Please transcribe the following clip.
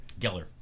Geller